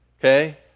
okay